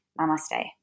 namaste